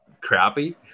crappy